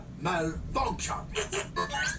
malfunction